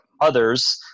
others